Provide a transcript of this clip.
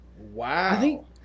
wow